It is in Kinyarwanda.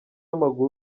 w’amaguru